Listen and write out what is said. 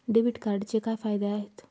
Debit कार्डचे काय फायदे आहेत?